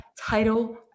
title